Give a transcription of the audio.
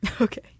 Okay